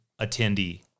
attendee